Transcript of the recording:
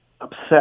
upset